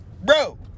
bro